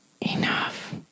enough